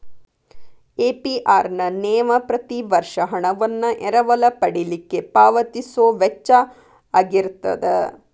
APR ನ ನೇವ ಪ್ರತಿ ವರ್ಷ ಹಣವನ್ನ ಎರವಲ ಪಡಿಲಿಕ್ಕೆ ಪಾವತಿಸೊ ವೆಚ್ಚಾಅಗಿರ್ತದ